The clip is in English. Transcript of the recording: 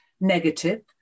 negative